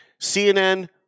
CNN